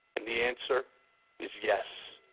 and the answer is yes.